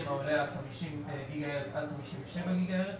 העולה על 40 גיגה-הרץ עד 57 גיגה-הרץ